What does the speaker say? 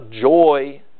joy